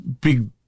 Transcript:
big